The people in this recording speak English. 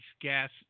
gas